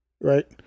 Right